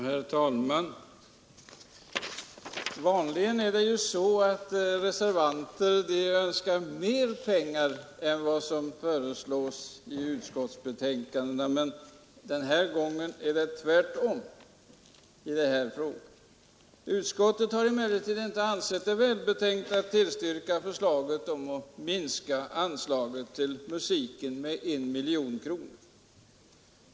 Herr talman! Vanligen är det så att reservanter önskar mer pengar än vad som föreslås i utskottsbetänkandena, men denna gång är det tvärtom. Utskottet har emellertid inte ansett det välbetänkt att tillstyrka förslaget om att minska anslaget till musiken med 1 miljon kronor.